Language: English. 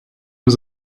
was